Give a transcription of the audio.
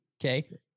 Okay